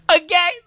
Okay